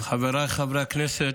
חבריי חברי הכנסת,